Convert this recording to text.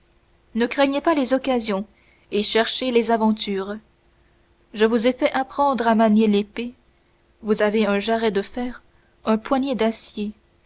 ne craignez pas les occasions et cherchez les aventures je vous ai fait apprendre à manier l'épée vous avez un jarret de fer un poignet d'acier